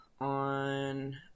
on